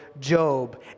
Job